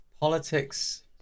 politics